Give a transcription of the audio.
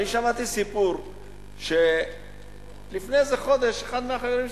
אני שמעתי סיפור לפני איזה חודש מאחד החברים שלי,